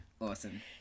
Awesome